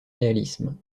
réalisme